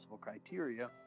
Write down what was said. criteria